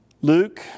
Luke